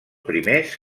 primers